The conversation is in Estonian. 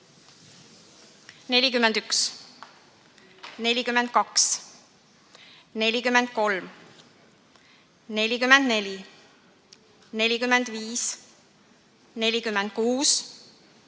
41, 42, 43, 44, 45, 46, 47,